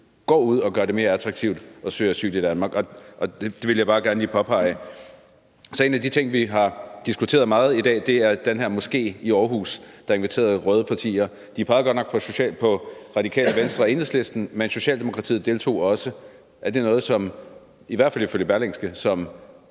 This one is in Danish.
går ud og gør det mere attraktivt at søge asyl i Danmark. Det ville jeg bare gerne lige påpege. En ting, vi har diskuteret meget i dag, er den her moské i Aarhus, der inviterede de røde partier. De pegede godt nok på Det Radikale Venstre og Enhedslisten, men Socialdemokratiet deltog også, i hvert fald ifølge Berlingske, og